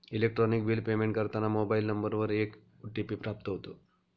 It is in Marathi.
इलेक्ट्रॉनिक बिल पेमेंट करताना मोबाईल नंबरवर एक ओ.टी.पी प्राप्त होतो